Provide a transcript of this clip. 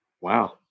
Wow